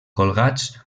colgats